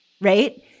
right